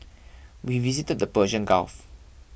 we visited the Persian Gulf